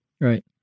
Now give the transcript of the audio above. Right